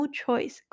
choice